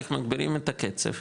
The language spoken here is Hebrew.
איך מגבירים את הקצב,